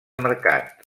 mercat